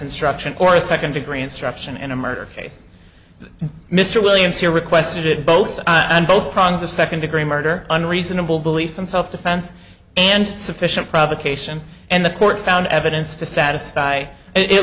instruction or a second degree instruction and a murder case mr williams here requested both and both prongs of second degree murder and reasonable belief in self defense and sufficient provocation and the court found evidence to satisfy it